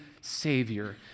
Savior